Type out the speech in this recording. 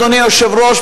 אדוני היושב-ראש,